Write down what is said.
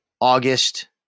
August